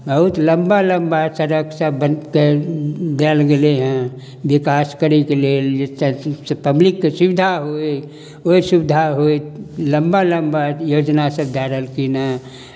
बहुत लम्बा लम्बा सड़कसभ बन कए देल गेलैहँ विकास करयके लेल जे पब्लिककेँ सुविधा होय ओहि सुविधा होय लम्बा लम्बा योजना सभ दए रहलखिनहँ